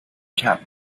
camp